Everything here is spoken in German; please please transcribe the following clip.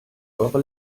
eure